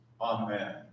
Amen